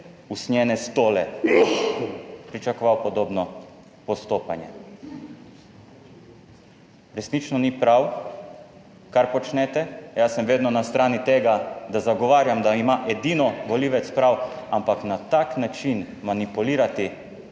usnjene stole, pričakoval podobno postopanje. Resnično ni prav kar počnete. Jaz sem vedno na strani tega, da zagovarjam, da ima edino volivec prav. Ampak na tak način manipulirati